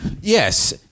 Yes